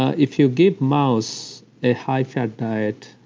if you give mouse a high-fat diet,